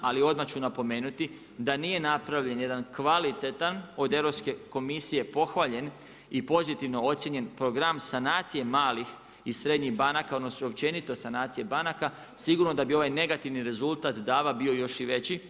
Ali odmah ću napomenuti da nije napravljen jedan kvalitetan od Europske komisije pohvaljen i pozitivno ocjenjen program sanacije malih i srednjih banaka, odnosno općenito sanacije banaka sigurno da bi ovaj negativni rezultat DAB-a bio još i veći.